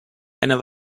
einer